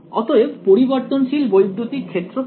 অতএব পরিবর্তনশীল বৈদ্যুতিক ক্ষেত্র কি